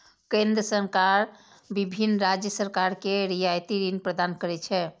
केंद्र सरकार विभिन्न राज्य सरकार कें रियायती ऋण प्रदान करै छै